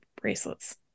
bracelets